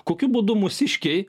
kokiu būdu mūsiškiai